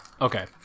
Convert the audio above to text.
okay